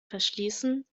verschließen